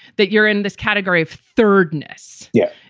that you're in this category of third ness. yes,